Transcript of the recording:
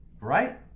right